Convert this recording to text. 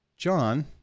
John